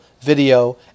video